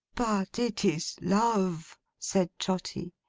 but, it is love said trotty.